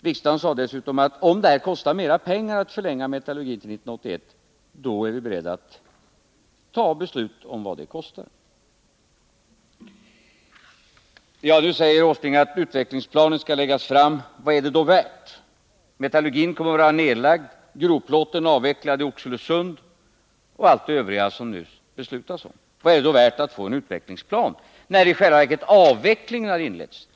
Riksdagen sade dessutom: Om det kostar mera pengar att ha kvar metallurgin till 1981, då är vi beredda att betala vad det kommer att kosta. Nu säger herr Åsling att utvecklingsplaner skall läggas fram. Vad är det då värt? Metallurgin kommer att vara nedlagd och grovplåten avvecklad i Oxelösund. Vad är det då värt att få en utvecklingsplan, när i själva verket 175 avvecklingen har inletts?